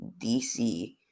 DC